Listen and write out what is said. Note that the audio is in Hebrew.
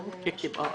על רשות הוועדה.